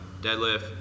deadlift